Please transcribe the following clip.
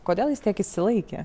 kodėl jis tiek išsilaikė